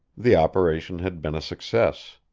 the operation had been a success.